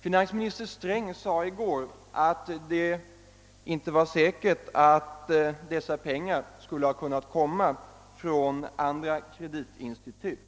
Finansminister Sträng sade i går att det inte var säkert att dessa pengar inte skulle ha kunnat komma från andra kreditinstitut.